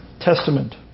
Testament